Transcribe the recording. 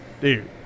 Dude